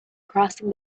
crossing